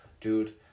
dude